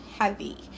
heavy